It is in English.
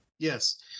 Yes